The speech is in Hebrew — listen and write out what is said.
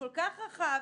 כל כך רחב.